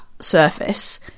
surface